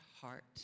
heart